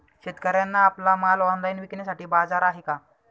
शेतकऱ्यांना आपला माल ऑनलाइन विकण्यासाठी बाजार आहे का?